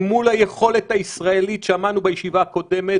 אל מול היכולת הישראלית שמענו בישיבה הקודמת